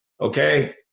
Okay